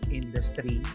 industry